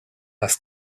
das